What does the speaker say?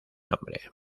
nombre